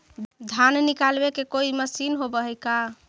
धान निकालबे के कोई मशीन होब है का?